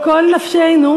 בכל נפשנו.